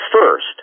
first